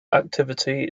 activity